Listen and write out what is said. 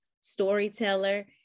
storyteller